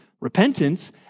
repentance